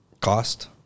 Cost